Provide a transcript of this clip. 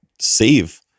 save